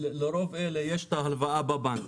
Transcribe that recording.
לרוב אלה יש את ההלוואה בבנק,